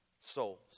souls